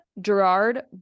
Gerard